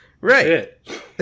Right